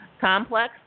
complex